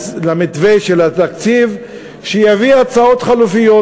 ולמתווה של התקציב, שיביא הצעות חלופיות.